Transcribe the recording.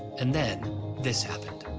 and then this happened.